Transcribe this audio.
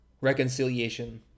reconciliation